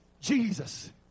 Jesus